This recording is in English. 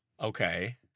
Okay